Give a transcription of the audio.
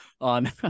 on